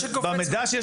אתה עושה בדיקה.